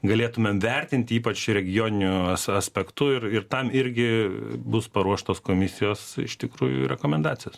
galėtumėm vertinti ypač regioniniu aspektu ir ir tam irgi bus paruoštos komisijos iš tikrųjų rekomendacijos